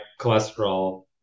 cholesterol